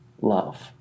love